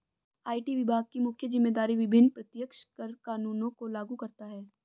IT विभाग की मुख्य जिम्मेदारी विभिन्न प्रत्यक्ष कर कानूनों को लागू करता है